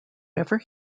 ever